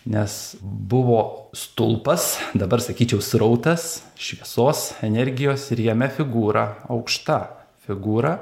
nes buvo stulpas dabar sakyčiau srautas šviesos energijos ir jame figūra aukšta figūra